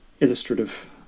illustrative